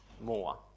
more